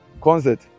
Concert